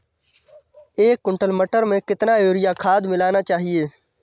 एक कुंटल मटर में कितना यूरिया खाद मिलाना चाहिए?